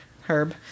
herb